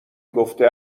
گفته